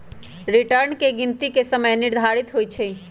return की गिनति के समय आधारित होइ छइ